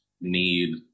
need